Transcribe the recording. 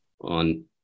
on